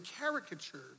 caricatured